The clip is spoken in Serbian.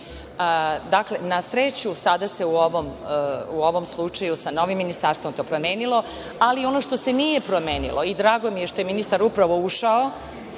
na sreću sada se u ovom slučaju sa novim ministarstvom to promenilo, ali ono što se nije promenilo i drago mi je što je ministar upravo ušao,